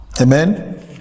Amen